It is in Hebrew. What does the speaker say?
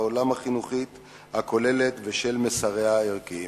העולם החינוכית הכוללת ושל מסריה הערכיים.